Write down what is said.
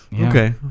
Okay